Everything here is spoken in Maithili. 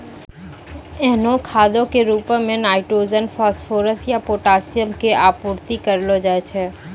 एहनो खादो के रुपो मे नाइट्रोजन, फास्फोरस या पोटाशियम के आपूर्ति करलो जाय छै